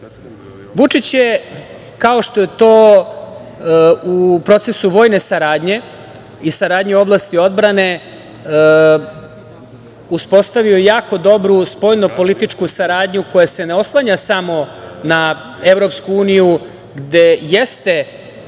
je, kao što je to u procesu vojne saradnje i saradnje u oblasti odbrane, uspostavio jako dobru spoljnopolitičku saradnju koja se ne oslanja samo na EU, gde jeste